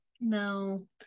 No